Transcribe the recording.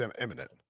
imminent